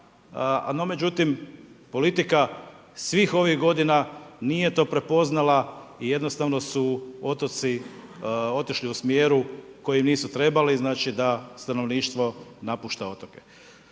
no međutim, politika svih ovih godina nije to prepoznala i jednostavno su otoci otišli u smjeru kojem nisu trebali, znači da stanovništvo napušta otoke.